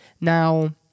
Now